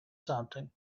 something